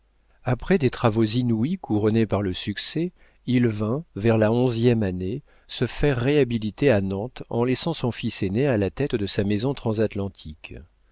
après des travaux inouïs couronnés par le succès il vint vers la onzième année se faire réhabiliter à nantes en laissant son fils aîné à la tête de sa maison transatlantique